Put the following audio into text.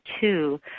two